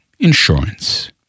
insurance